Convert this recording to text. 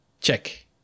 check